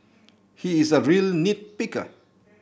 he is a real nit picker